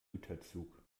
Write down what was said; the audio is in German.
güterzug